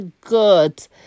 good